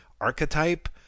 archetype